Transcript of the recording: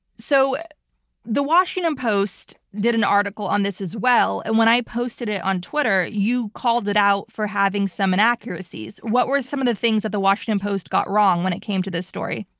so the washington post did an article on this as well. and when i posted it on twitter, you called it out for having some inaccuracies. what were some of the things that the washington post got wrong when it came to this story?